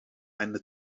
eine